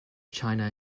china